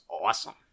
awesome